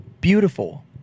beautiful